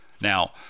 now